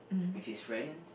with his friend